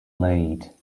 laid